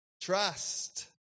trust